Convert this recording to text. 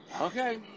okay